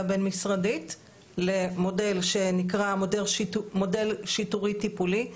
הבין-משרדית למודל שנקרא "מודל שיטורי-טיפולי"